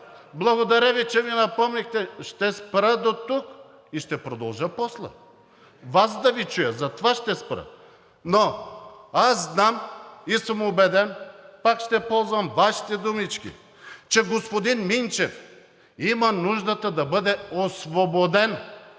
Благодаря Ви, че ми напомнихте. Ще спра дотук и ще продължа после – Вас да Ви чуя, затова ще спра. Аз знам и съм убеден, пак ще ползвам Вашите думички, че господин Минчев има нуждата да бъде освободен